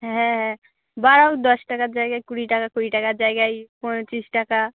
হ্যাঁ হ্যাঁ বাড়াও দশ টাকার জায়গায় কুড়ি টাকা কুড়ি টাকার জায়গায় পঁচিশ টাকা